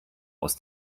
aus